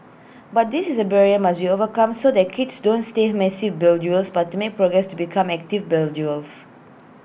but this is A barrier must be overcome so that kids don't stay massive but to make progress to become active